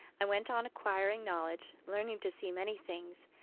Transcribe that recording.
i went on acquiring knowledge, learning to see many things,